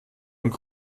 und